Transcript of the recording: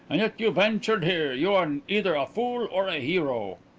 and yet you ventured here. you are either a fool or a hero.